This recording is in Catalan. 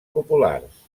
populars